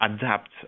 adapt